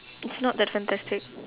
it's not that fantastic